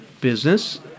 business